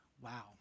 wow